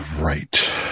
right